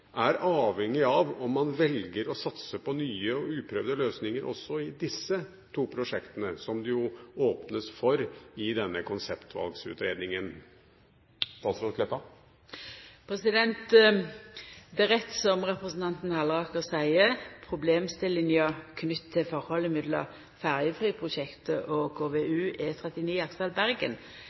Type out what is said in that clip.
er avhengig av om man velger å satse på nye og uprøvde løsninger også i disse to prosjektene, som det åpnes for i denne konseptvalgutredningen? Det er rett som representanten Halleraker seier, problemstillinga knytt til Ferjefri-prosjektet og KVU E39 Aksdal–Bergen kan vera den same òg på andre strekningar av E39, i